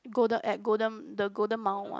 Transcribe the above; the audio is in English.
Golden at Golden the Golden Mile one